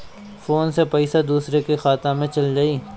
Phone से पईसा दूसरे के खाता में चल जाई?